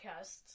podcasts